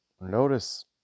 notice